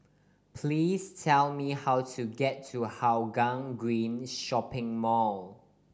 please tell me how to get to Hougang Green Shopping Mall